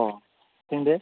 अ सोंदो